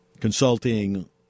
consulting